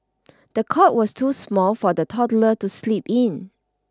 the cot was too small for the toddler to sleep in